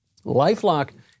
LifeLock